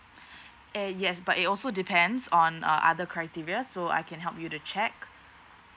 eh yes but it also depends on uh other criteria so I can help you to check